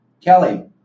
Kelly